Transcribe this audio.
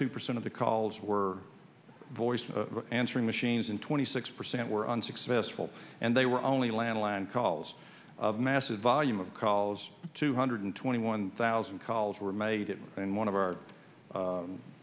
two percent of the calls were voice answering machines and twenty six percent were unsuccessful and they were only lanolin calls of massive volume of calls two hundred twenty one thousand calls were made it and one of our